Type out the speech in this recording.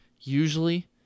usually